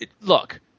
look